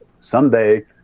Someday